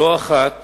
לא אחת